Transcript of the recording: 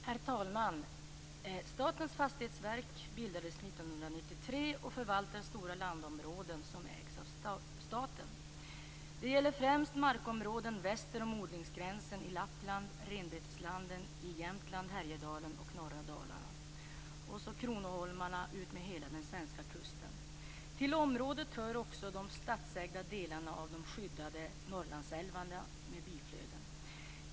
Herr talman! Statens fastighetsverk bildades 1993 och förvaltar stora landområden som ägs av staten. Det gäller främst markområden väster om odlingsgränsen i Lappland, renbeteslanden i Jämtland, Härjedalen och norra Dalarna samt kronoholmarna utmed hela den svenska kusten. Till området hör också de statsägda delarna av de skyddade Norrlandsälvarna med biflöden.